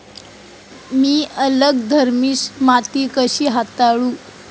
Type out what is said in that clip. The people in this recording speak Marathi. मी अल्कधर्मी माती कशी हाताळू?